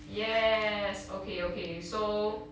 yes okay okay so